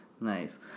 Nice